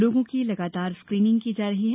लोगों की लगातार स्कीनिंग की जा रही है